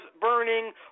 burning